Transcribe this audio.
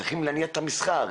צריכים להניע את המסחר,